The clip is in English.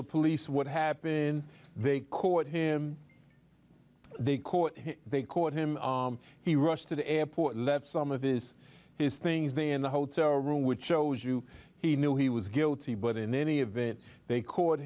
the police what happened they caught him they caught him they caught him he rushed to the airport left some of this is things they in the hotel room which shows you he knew he was guilty but in any event they caught